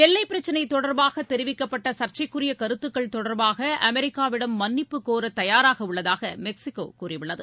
எல்லைப் பிரச்சனை தொடர்பாக தெரிவிக்கப்பட்ட சர்ச்சைக்குரிய கருத்துக்கள் தொடர்பாக அமெரிக்காவிடம் மன்னிப்பு கோர தயாராக உள்ளதாக மெக்ஸிகோ கூறியுள்ளது